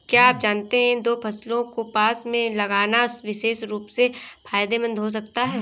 क्या आप जानते है दो फसलों को पास में लगाना विशेष रूप से फायदेमंद हो सकता है?